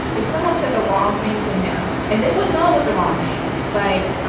if someone said the wrong thing to him and they would know it was the wrong thing like